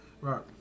Right